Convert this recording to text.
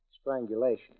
strangulation